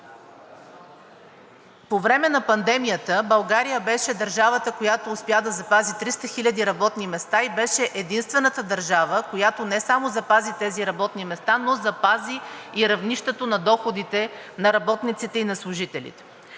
По време на пандемията България беше държавата, която успя да запази 300 хиляди работни места и беше единствената държава, която не само запази тези работни места, но запази и равнището на доходите на работниците и на служителите.